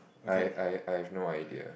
I I I have no idea